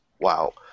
wow